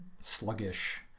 sluggish